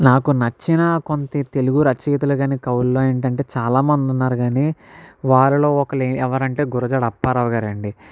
నాకు నచ్చిన కొంత తెలుగు రచయితలు గాని కవుల్లో ఏంటంటే చాలామంది ఉన్నారు గాని వారిలో ఒకలి ఎవరంటే గురజాడ అప్పారావు గారండి